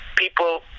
People